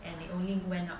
only went up